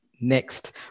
next